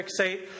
fixate